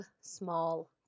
small